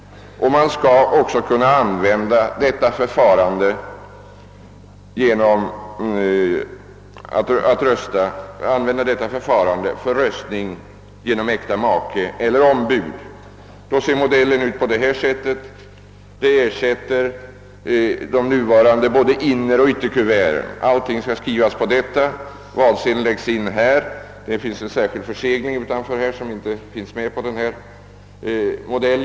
Man skall också kunna använda detta förfarande för röstning genom äkta make eller ombud. Då ser modellen ut på detta sätt och ersätter de nuvarande inneroch ytterkuverten. Allt skall skrivas på ytterhöljet. Valsedeln läggs in och det skall finnas en särskild försegling, som inte finns med på denna modell.